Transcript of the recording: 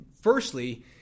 firstly